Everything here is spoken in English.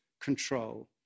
control